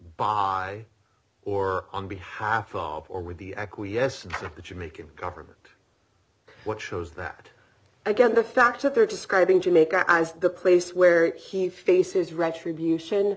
by or on behalf of or with the acquiescence of the jamaican government what shows that again the fact that they're describing jamaica as the place where he faces retribution